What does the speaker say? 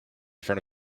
front